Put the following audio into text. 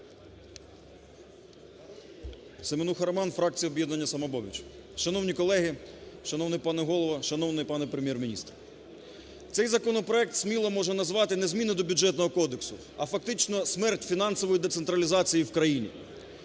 Семенуха Роман, фракція "Об'єднання "Самопоміч". Шановні колеги, шановний пане Голово, шановний пане Прем'єр-міністр! Цей законопроект сміло можна назвати не зміни до Бюджетного кодексу, а фактично смерть фінансової децентралізації в країні.